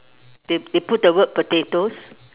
they they put the word potatoes